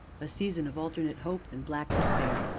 a season of alternate hope and black despair,